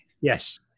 Yes